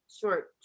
short